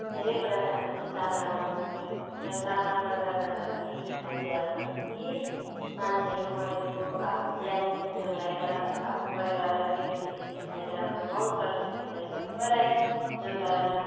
धेरै कुराको हामीले सामना गर्नु पऱ्यो तर सामना गर्दागर्दा पनि हामीले अब कति मान्छेहरू मरेको आफ्नो ज्यान पनि जोगाएर आफ्नो परिवारलाई फेमिलीदेखिको लिएर हाम्रो गाउँ छर छिमेकी सबैलाई जोगाएर